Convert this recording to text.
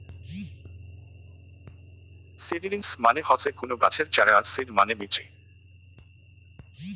seedlings মানে হসে কুনো গাছের চারা আর সিড মানে বীচি